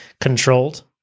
controlled